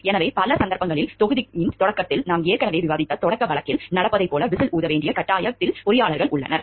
எனவே பல சந்தர்ப்பங்களில் தொகுதியின் தொடக்கத்தில் நாம் ஏற்கனவே விவாதித்த தொடக்க வழக்கில் நடந்ததைப் போல விசில் ஊத வேண்டிய கட்டாயத்தில் பொறியாளர்கள் உள்ளனர்